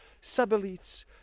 sub-elites